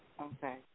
Okay